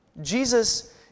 Jesus